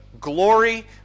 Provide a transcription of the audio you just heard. glory